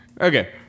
okay